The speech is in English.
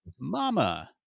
Mama